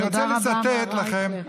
אני רוצה לצטט לכם,